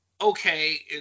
okay